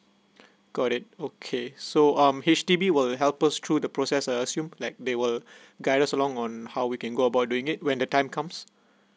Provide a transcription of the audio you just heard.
got it okay so um H_D_B will help us through the process I assume they will guide us along on how we can go about doing it when the time comes